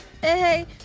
Hey